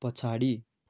पछाडि